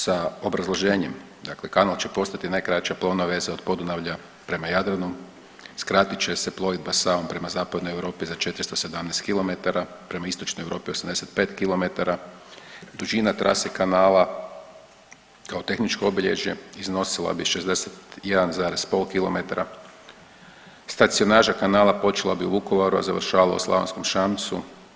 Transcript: Sa obrazloženjem, dakle kanal će postati najkraća plovna veza od Podunavlja prema Jadranu, skratit će se plovidba Savom prema zapadnoj Europi za 417 km, prema istočnoj Europi 85 km, dužina trase kanala kao tehničko obilježje iznosila bi 61,5 km, stacionaža kanala počela bi u Vukovaru, a završavala u Slavonskom Šamcu.